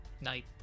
night